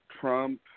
Trump